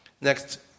Next